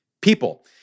people